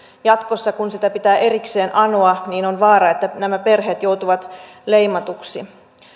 jatkossa kun sitä pitää erikseen anoa on vaara että nämä perheet joutuvat leimatuksi